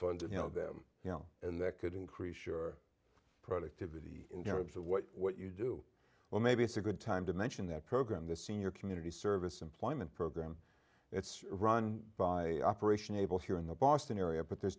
funded you know them and that could increase your productivity in europe so what what you do well maybe it's a good time to mention that program the senior community service employment program it's run by operation able here in the boston area but there's